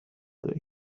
that